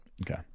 Okay